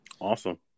awesome